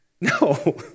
No